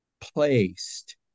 placed